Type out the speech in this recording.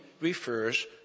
refers